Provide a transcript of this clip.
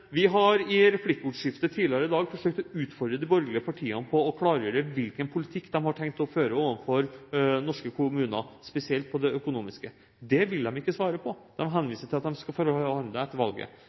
Vi har i replikkordskiftet tidligere i dag forsøkt å utfordre de borgerlige partiene til å klargjøre hvilken politikk de har tenkt å føre overfor norske kommuner, spesielt hva gjelder det økonomiske. Det vil de ikke svare på. De henviser til at de skal forhandle etter valget.